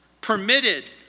permitted